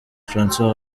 francois